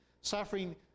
Suffering